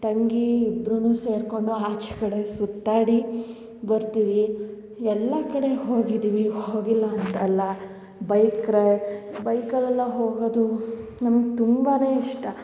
ತಂಗಿ ಇಬ್ಬರೂ ಸೇರ್ಕೊಂಡು ಆಚೆ ಕಡೆ ಸುತ್ತಾಡಿ ಬರ್ತೀವಿ ಎಲ್ಲ ಕಡೆ ಹೋಗಿದ್ದೀವಿ ಹೋಗಿಲ್ಲ ಅಂತಲ್ಲ ಬೈಕ್ ರೈ ಬೈಕಲೆಲ್ಲ ಹೋಗೋದು ನಮ್ಗೆ ತುಂಬ ಇಷ್ಟ